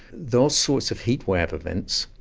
those sorts of heatwave events,